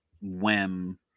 whim